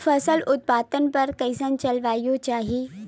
फसल उत्पादन बर कैसन जलवायु चाही?